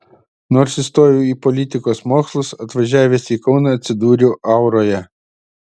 nors įstojau į politikos mokslus atvažiavęs į kauną atsidūriau auroje